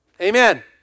Amen